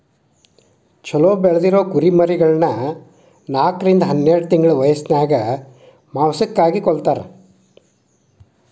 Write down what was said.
ಚೊಲೋ ಬೆಳದಿರೊ ಕುರಿಮರಿಗಳನ್ನ ನಾಲ್ಕರಿಂದ ಹನ್ನೆರಡ್ ತಿಂಗಳ ವ್ಯಸನ್ಯಾಗ ಮಾಂಸಕ್ಕಾಗಿ ಕೊಲ್ಲತಾರ